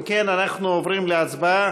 אם כן, אנחנו עוברים להצבעה.